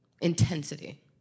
Intensity